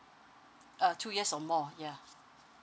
uh two years or more yeah